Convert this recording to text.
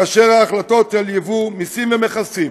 כאשר ההחלטות על יבוא, מיסים ומכסים,